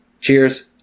cheers